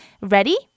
Ready